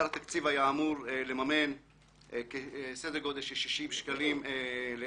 ושאר התקציב היה אמור לממן סדר גודל של 60 שקלים לעוף